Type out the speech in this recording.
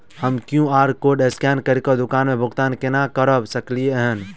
हम QR code scan करके दुकान मे भुगतान केना करऽ सकलिये एहन?